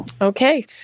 Okay